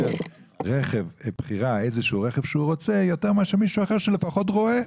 הרכב שהוא רוצה יותר מאשר למישהו אחר שלפחות רואה.